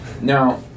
Now